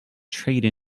trade